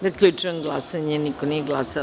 Zaključujem glasanje – niko nije glasao.